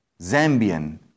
Zambian